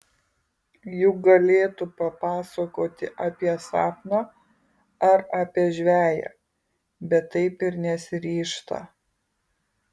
juk galėtų papasakoti apie sapną ar apie žveję bet taip ir nesiryžta